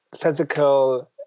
Physical